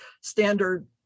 standard